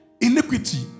iniquity